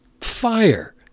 fire